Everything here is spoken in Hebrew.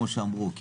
כמו שאמרו,